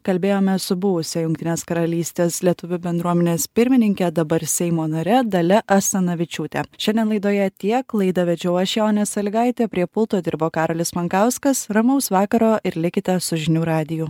kalbėjome su buvusia jungtinės karalystės lietuvių bendruomenės pirmininke dabar seimo nare dalia asanavičiūte šiandien laidoje tiek laidą vedžiau aš jonė salygaitė prie pulto dirbo karolis mankauskas ramaus vakaro ir likite su žinių radiju